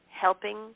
Helping